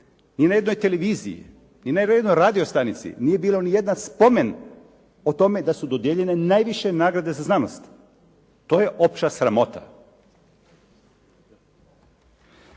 ni na jednoj televiziji, ni na jednoj radio stanici nije bio ni jedan spomen o tome da su dodijeljene najviše nagrade za znanost. To je opća sramota.